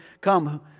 come